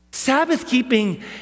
Sabbath-keeping